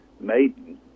maiden